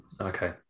Okay